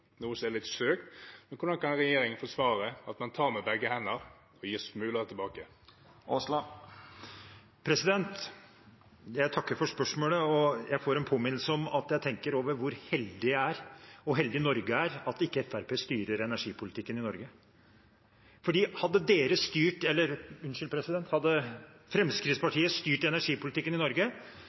noe som er litt søkt. Men hvordan kan regjeringen forsvare at man tar med begge hender og gir smuler tilbake? Jeg takker for spørsmålet. Jeg får en påminnelse om hvor heldig jeg er, og hvor heldig Norge er, for at Fremskrittspartiet ikke styrer energipolitikken i Norge. Hadde Fremskrittspartiet styrt energipolitikken i Norge, hadde